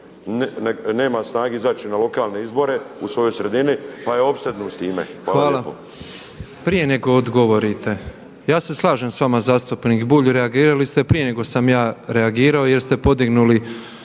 nema snage izići na lokalne izbore u svojoj sredini, pa je opsjednut s time. Hvala lijepo. **Petrov, Božo (MOST)** Prije nego odgovorite, ja se slažem sa vama zastupnik Bulj, reagirali ste prije nego sam ja reagirao jer ste podignuli